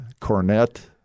cornet